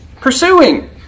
pursuing